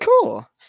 cool